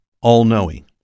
all-knowing